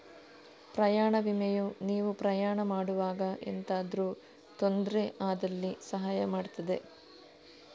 ಪ್ರಯಾಣ ವಿಮೆಯು ನೀವು ಪ್ರಯಾಣ ಮಾಡುವಾಗ ಎಂತಾದ್ರೂ ತೊಂದ್ರೆ ಆದಲ್ಲಿ ಸಹಾಯ ಮಾಡ್ತದೆ